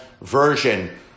version